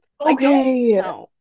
Okay